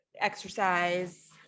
exercise